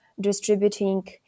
distributing